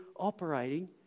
operating